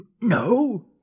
No